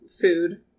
food